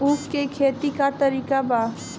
उख के खेती का तरीका का बा?